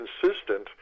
consistent